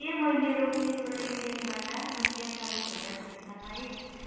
के मैले रोकिएको लेनदेनबाट रुपियाँ चालिस हजार फिर्ता पाए